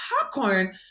popcorn